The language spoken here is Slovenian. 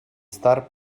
star